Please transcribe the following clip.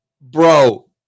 Bro